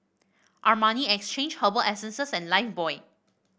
Armani Exchange Herbal Essences and Lifebuoy